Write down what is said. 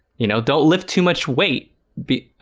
you know don't live too much wait be